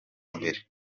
mbere